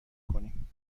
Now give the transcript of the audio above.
کنیم